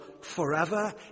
forever